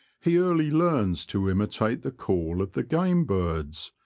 he early learns to imitate the call of the game birds,